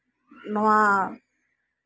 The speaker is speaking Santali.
ᱱᱚᱶᱟ